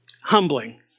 humbling